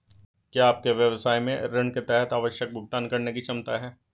क्या आपके व्यवसाय में ऋण के तहत आवश्यक भुगतान करने की क्षमता है?